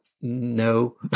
No